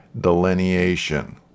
delineation